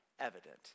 evident